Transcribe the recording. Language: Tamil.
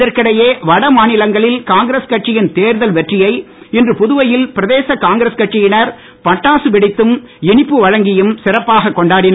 இதற்கிடையே வடமாநிலங்களில் காங்கிரஸ் கட்சியின் தேர்தல் வெற்றியை இன்று புதுவையில் பிரதேச காங்கிரஸ் கட்சியினர் பட்டாசு வெடித்தும் இனிப்பு வழங்கியும் சிறப்பாக கொண்டாடினர்